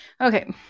okay